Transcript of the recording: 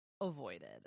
avoided